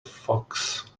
fox